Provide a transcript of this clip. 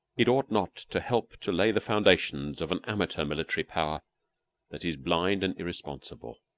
it ought not to help to lay the foundations of an amateur military power that is blind and irresponsible.